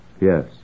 Yes